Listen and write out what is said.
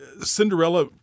Cinderella